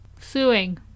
Suing